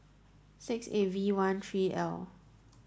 six eight V one three L